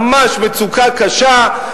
ממש מצוקה קשה,